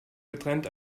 getrennt